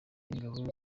y’ingabo